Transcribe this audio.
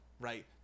right